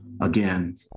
again